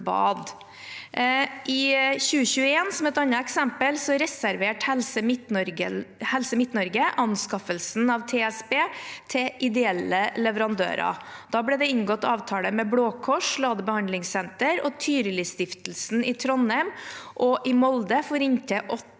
I 2021 reserverte Helse MidtNorge anskaffelsen av TSB til ideelle leverandører. Da ble det inngått avtaler med Blå Kors Lade Behandlingssenter i Trondheim og Tyrilistiftelsen i Trondheim og i Molde for inntil